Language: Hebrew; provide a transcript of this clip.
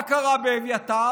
מה קרה באביתר?